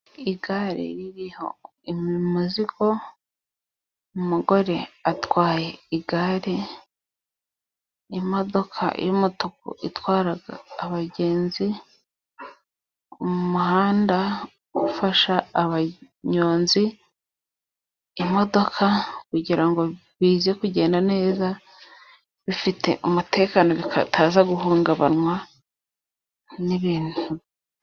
Igare ririho umuzigo, umugore atwaye igare, imodoka y'umutuku itwara abagenzi, umuhanda ufasha abanyonzi, imodoka kugira ngo bize kugenda neza bifite umutekano bitaza guhungabanywa n'ibintu.